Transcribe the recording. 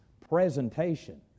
presentation